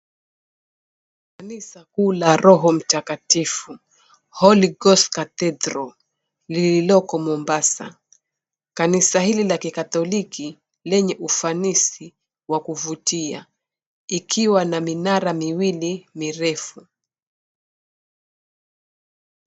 Kanisa kuu la Roho Mtakatifu, Holy Ghost Cathedral lililoko Mombasa. Kanisa hili la kikatoliki lenye ufanisi wa kuvutia, ikiwa na minara miwili mirefu.